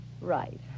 right